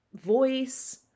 voice